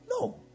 No